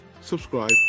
subscribe